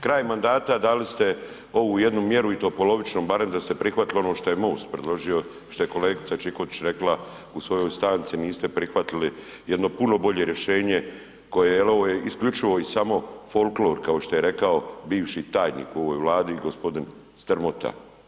Kraj mandata dali ste ovu jednu mjeru i to polovičnu, barem da ste prihvatili ono što je MOST predložio, što je kolegica Čikotić rekla u svojoj stanci niste prihvatili jedno puno bolje rješenje koje je, jel ovo je isključivo i samo folklor kao što je rekao bivši tajnik u ovoj Vladi gospodin Strmota.